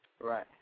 Right